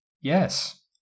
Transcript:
Yes